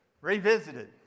Revisited